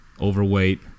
overweight